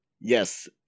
Yes